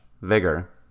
Vigor